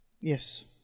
Yes